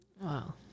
Wow